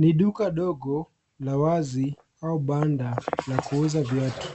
Ni duka dogo la wazi au banda la kuuza viatu.